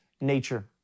nature